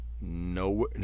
No